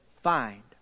find